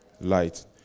Light